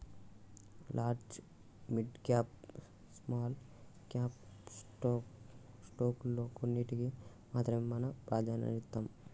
large, mid cap, small cap స్టాకుల్లో కొన్నిటికి మాత్రమే మనం ప్రాధన్యతనిత్తాం